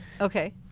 okay